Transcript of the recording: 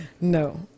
No